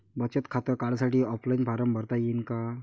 बचत खातं काढासाठी ऑफलाईन फारम भरता येईन का?